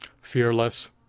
fearless